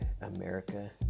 America